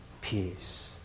peace